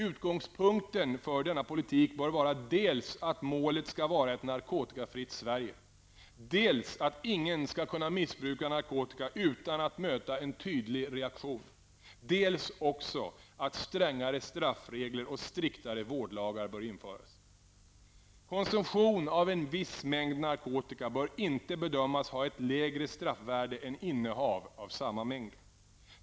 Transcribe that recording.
Utgångspunkten för denna politik bör vara dels att målet skall vara ett narkotikafritt Sverige, dels att ingen skall kunna missbruka narkotika utan att möta en tydlig reaktion, dels att strängare straffregler och striktare vårdlagar bör införas. Konsumtion av en viss mängd narkotika bör inte bedömas ha ett lägre straffvärde än innehav av samma mängd.